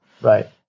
Right